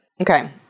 Okay